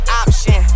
option